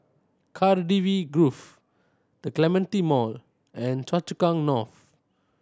Cardifi Grove The Clementi Mall and Choa Chu Kang North